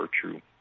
true